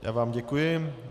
Já vám děkuji.